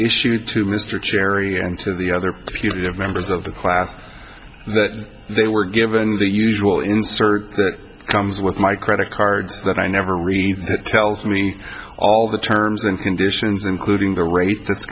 issued to mr cherry and to the other putative members of the class that they were given the usual insert that comes with my credit cards that i never received tells me all the terms and conditions including the rate that's